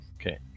Okay